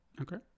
Okay